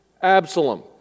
Absalom